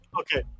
okay